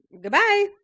goodbye